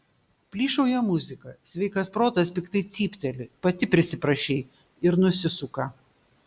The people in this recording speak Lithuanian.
plyšauja muzika sveikas protas piktai cypteli pati prisiprašei ir nusisuka